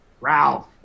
Ralph